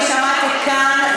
אני שמעתי כאן,